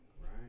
Right